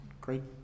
great